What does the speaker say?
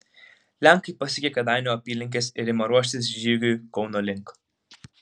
lenkai pasiekia kėdainių apylinkes ir ima ruoštis žygiui kauno link